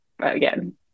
again